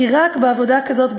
כי רק בעבודה כזאת,